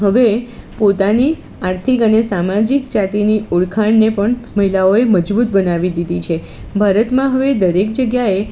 હવે પોતાની આર્થિક અને સામાજિક જાતિની ઓળખાણને પણ મહિલાઓએ મજબૂત બનાવી દીધી છે ભારતમાં હવે દરેક જગ્યાએ